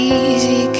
easy